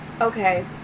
Okay